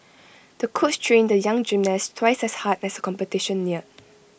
the coach trained the young gymnast twice as hard as the competition neared